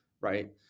right